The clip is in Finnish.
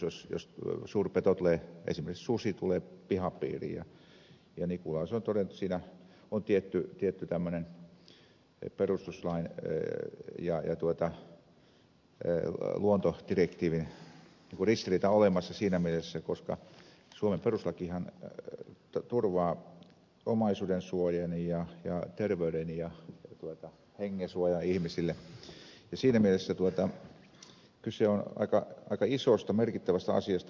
eli jos suurpeto esimerkiksi susi tulee pihapiiriin niin nikula on todennut että siinä on tietty tämmöinen perustuslain ja luontodirektiivin ristiriita olemassa siinä mielessä koska suomen perustuslakihan turvaa omaisuudensuojan ja terveyden ja hengensuojan ihmisille niin siinä mielessä kyse on aika isosta merkittävästä asiasta